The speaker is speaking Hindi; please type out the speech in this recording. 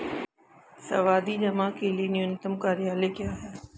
सावधि जमा के लिए न्यूनतम कार्यकाल क्या है?